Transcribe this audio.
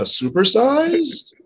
supersized